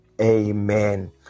amen